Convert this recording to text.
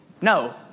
no